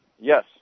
Yes